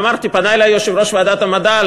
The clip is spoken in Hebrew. אמרתי, פנה אלי יושב-ראש ועדת המדע.